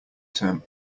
term